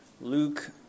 Luke